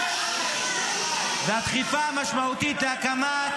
--- קריאה: צוחקים עליך שם ----- והדחיפה המשמעותית -- מה קרה?